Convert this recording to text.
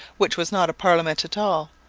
which was not a parliament at all,